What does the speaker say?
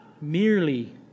merely